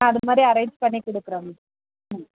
நான் அதுமாதிரி அரேஞ்ச் பண்ணிக் கொடுக்குறேன் மேம் ம்